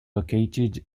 located